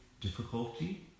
difficulty